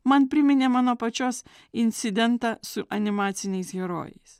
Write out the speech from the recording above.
man priminė mano pačios incidentą su animaciniais herojais